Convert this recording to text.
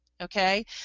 Okay